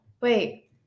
Wait